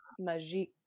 magique